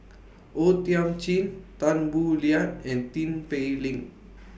O Thiam Chin Tan Boo Liat and Tin Pei Ling